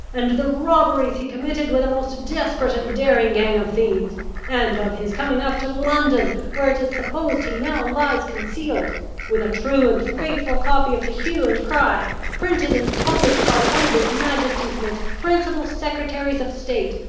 and the robberies he committed with a most desperate and daring gang of thieves and of his coming up to london, where it is supposed he now lies concealed with a true and faithful copy of the hue and cry printed and published by one of his majesty's most principal secretaries of state,